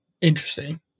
Interesting